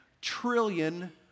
trillion